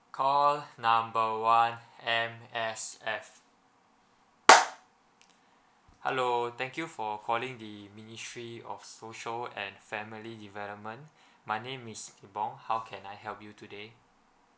call number one M_S_F hello thank you for calling the ministry of social and family development my name is nibong how can I help you today